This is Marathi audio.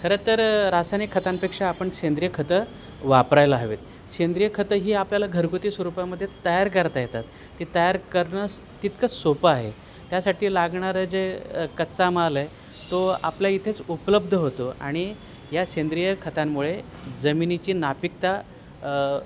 खरं तर रासायनिक खतांपेक्षा आपण सेंद्रिय खतं वापरायला हवेत सेंद्रिय खतं ही आपल्याला घरगुती स्वरूपामध्ये तयार करता येतात ते तयार करणं स तितकं सोपं आहे त्यासाठी लागणारं जे कच्चा माल आहे तो आपल्या इथेच उपलब्ध होतो आणि या सेंद्रिय खतांमुळे जमिनीची नापिकता